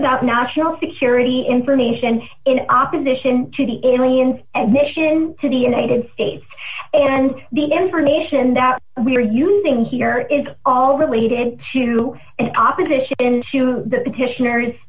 about national security information in opposition to the aliens admission to the united states and the information that we're using here is all related to opposition to the petition